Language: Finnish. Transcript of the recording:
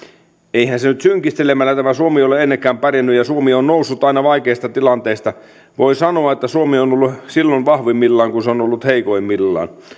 eihän suomi nyt synkistelemällä ole ennenkään pärjännyt ja suomi on noussut aina vaikeista tilanteista voi sanoa että suomi on ollut silloin vahvimmillaan kun se on ollut heikoimmillaan